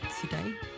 today